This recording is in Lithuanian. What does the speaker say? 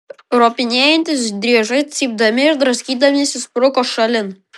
ropinėjantys driežai cypdami ir draskydamiesi spruko šalin